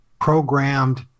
programmed